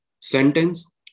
Sentence